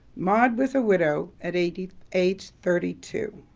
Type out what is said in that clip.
maude was a widow at age age thirty two.